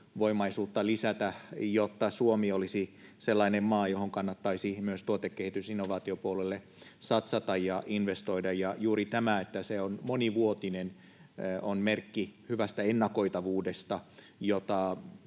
vipuvoimaisuutta lisäämään, jotta Suomi olisi sellainen maa, johon kannattaisi myös tuotekehitysinnovaatiopuolelle satsata ja investoida. Ja juuri tämä, että se on monivuotinen, on merkki hyvästä ennakoitavuudesta, jota